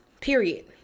Period